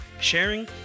sharing